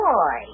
Boy